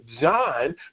John